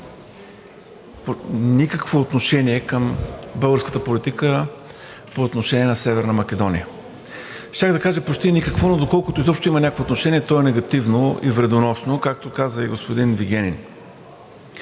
никакво отношение към българската политика по отношение на Северна Македония. Щях да кажа – почти никакво, но доколкото изобщо има някакво отношение, то е негативно и вредоносно, както каза и господин Вигенин.